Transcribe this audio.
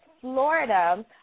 Florida